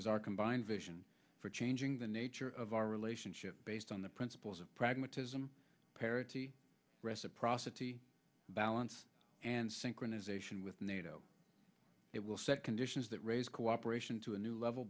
is our combined vision for changing the nature of our relationship based on the principles of pragmatism parity reciprocity balance and synchronization with nato it will set conditions that raise cooperation to a new level